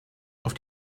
auf